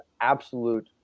absolute